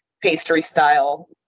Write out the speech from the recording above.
pastry-style